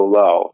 low